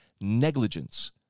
negligence